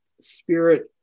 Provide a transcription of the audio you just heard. spirit